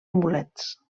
amulets